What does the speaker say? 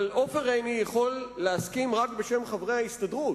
אבל עופר עיני יכול להסכים רק בשם חברי ההסתדרות.